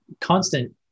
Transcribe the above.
constant